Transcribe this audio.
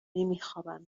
نمیخوابم